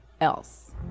else